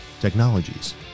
technologies